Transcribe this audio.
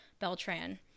Beltran